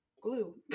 glue